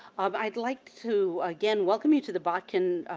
um i'd like to, again, welcome you to the botkin